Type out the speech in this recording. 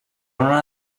una